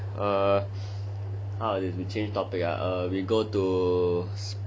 how about this we change topic ah we go to sports uh